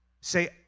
say